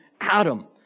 Adam